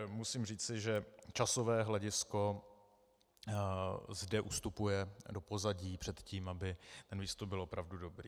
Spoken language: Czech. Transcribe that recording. Musím říci, že časové hledisko zde ustupuje do pozadí před tím, aby výsledek byl opravdu dobrý.